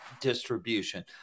distribution